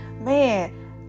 man